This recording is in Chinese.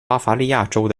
巴伐利亚州